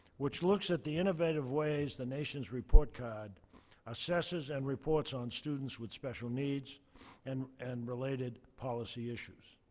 which looks at the innovative ways the nation's report card assesses and reports on students with special needs and and related policy issues.